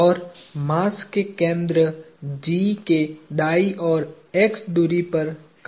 और मास के केंद्र G के दाईं ओर x दुरी पर कार्यरत हैं